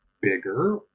Bigger